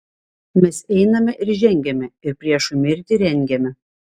mes einame ir žengiame ir priešui mirtį rengiame